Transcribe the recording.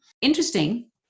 Interesting